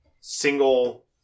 single